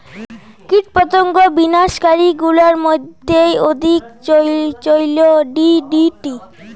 কীটপতঙ্গ বিনাশ কারী গুলার মইধ্যে অধিক চৈল ডি.ডি.টি